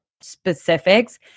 specifics